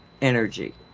energy